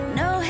no